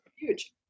Huge